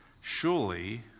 surely